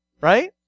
Right